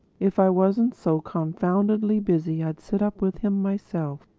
if i wasn't so confoundedly busy i'd sit up with him myself.